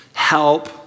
help